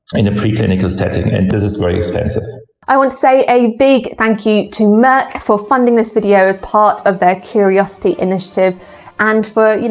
in a preclinical setting, and this is very expensive. i want to say a big thank you to merck for funding this video as part of their curiosity initiative and for, you know,